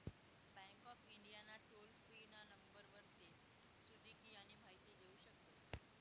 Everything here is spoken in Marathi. बँक ऑफ इंडिया ना टोल फ्री ना नंबर वरतीन सुदीक यानी माहिती लेवू शकतस